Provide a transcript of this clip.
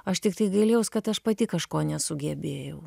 aš tiktai gailėjaus kad aš pati kažko nesugebėjau